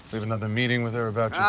have another meeting with her about